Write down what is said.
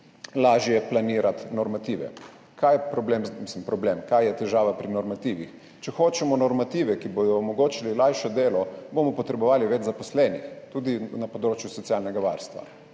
Kaj je problem oziroma kaj je težava pri normativih? Če hočemo normative, ki bodo omogočali lažje delo, bomo potrebovali več zaposlenih, tudi na področju socialnega varstva.